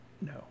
no